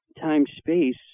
time-space